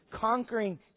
conquering